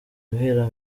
guhera